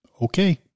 Okay